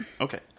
Okay